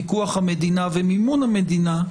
פיקוח המדינה ומימון המדינה,